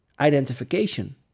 identification